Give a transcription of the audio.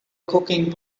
cooking